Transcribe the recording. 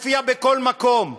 הופיע בכל מקום.